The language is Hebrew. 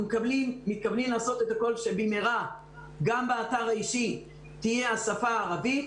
אנחנו מתכוונים לעשות את הכול שבמהרה גם באתר האישי תהיה השפה הערבית.